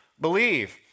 believe